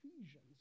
Ephesians